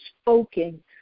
spoken